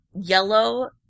yellow